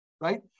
right